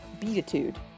Beatitude